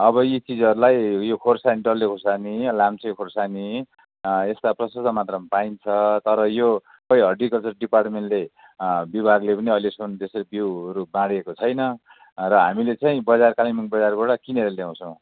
अब यी चिजहरूलाई खोर्सानी डल्ले खोर्सानी लाम्चे खोर्सानी यस्ता प्रशस्त मात्रामा पाइन्छ तर त्यो खै हर्टिकल्चर डिपार्टमेन्टले विभागले पनि अहिलेसम्म त्यस्तो बिउहरू बाँढेको छैन र हामीले चाहिँ बजार कालिम्पोङ बजारबाट किनेर ल्याउँछौँ